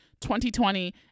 2020